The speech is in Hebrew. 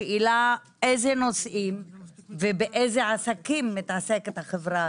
השאלה, איזה נושאים ובאיזה עסקים מתעסקת החברה.